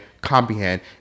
comprehend